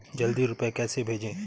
जल्दी रूपए कैसे भेजें?